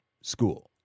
school